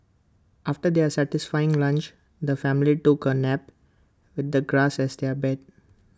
after their satisfying lunch the family took A nap with the grass as their bed